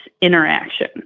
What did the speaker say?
interaction